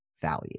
value